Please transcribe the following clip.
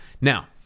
Now